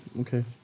okay